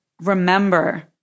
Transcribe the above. remember